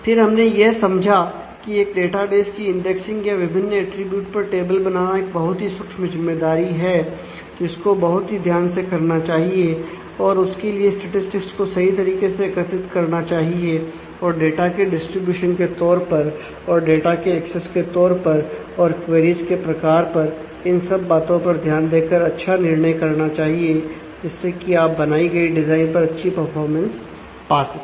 फिर हमने यह समझा की एक डेटाबेस की इंडेक्सिंग या विभिन्न अटरीब्यूट पर टेबल बनाना एक बहुत ही सूक्ष्म जिम्मेदारी है और जिसको बहुत ही ध्यान से करना चाहिए और उसके लिए स्टेटिस्टिक्स पा सके